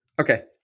Okay